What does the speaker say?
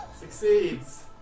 Succeeds